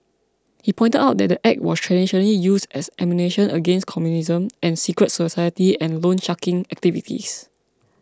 he pointed out that the Act was traditionally used as ammunition against communism and secret society and loansharking activities